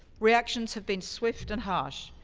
reactions have been swift and harsh.